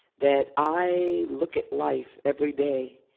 that i look at life every day.